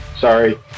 sorry